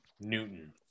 Newton